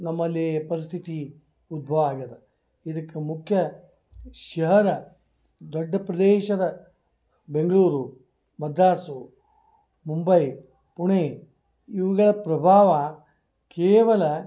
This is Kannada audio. ನಮ್ಮಲ್ಲಿ ಪರಿಸ್ಥಿತಿ ಉದ್ಭವ ಆಗ್ಯದ ಇದಕ್ಕೆ ಮುಖ್ಯ ಶಹರ ದೊಡ್ಡ ಪ್ರದೇಶದ ಬೆಂಗಳೂರು ಮದ್ರಾಸು ಮುಂಬೈ ಪುಣೆ ಇವುಗಳ ಪ್ರಭಾವ ಕೇವಲ